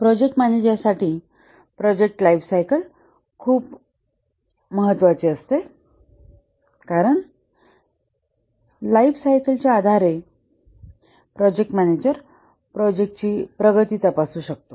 project manager साठी project lifecycle खूप महत्वाची असते कारण लाइफसायकलच्या आधारे प्रोजेक्ट मॅनेजर प्रोजेक्टची प्रगती तपासू शकतो